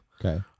Okay